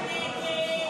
לעצמאים),